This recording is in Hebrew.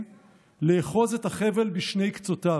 לאחוז את החבל בשני קצותיו: